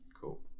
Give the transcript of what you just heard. Cool